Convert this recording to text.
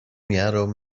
miarą